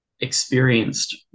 experienced